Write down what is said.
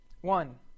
One